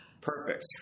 perfect